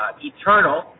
eternal